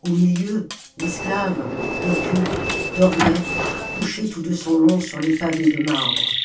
au ijiilieu l'esclave repu dormait couché tout de son long sur les pavés de marbre